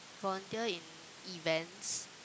volunteer in events